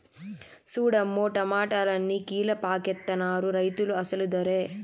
సూడమ్మో టమాటాలన్ని కీలపాకెత్తనారు రైతులు అసలు దరే